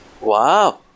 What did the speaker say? wow